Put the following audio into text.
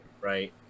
Right